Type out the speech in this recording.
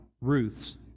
Ruth's